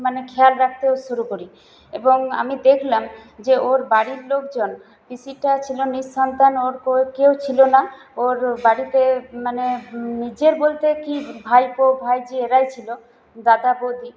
মানে খেয়াল রাখতেও শুরু করি এবং আমি দেখলাম যে ওর বাড়ির লোকজন পিসিটা ছিল নিঃসন্তান ওর কেউ ছিল না ওর বাড়িতে মানে নিজের বলতে কি ভাইপো ভাইঝি এরাই ছিল দাদা বৌদি